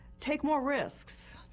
take more risks.